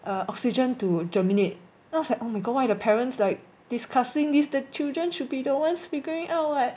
uh oxygen to germinate then I was like oh my god why the parents like discussing this the children should be the ones figuring out [what]